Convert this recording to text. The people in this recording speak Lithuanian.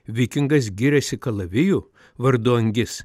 vikingas giriasi kalaviju vardu angis